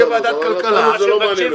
זאת תהיה ועדת כלכלה --- לא,